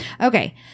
Okay